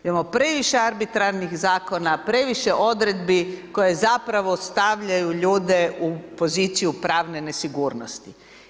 Imamo previše arbitrarnih zakona, previše odredbi koje zapravo stavljaju ljude u poziciju pravne nesigurnosti.